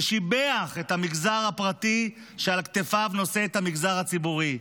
ששיבח את המגזר הפרטי שעל כתפיו נושא את המגזר הציבורי,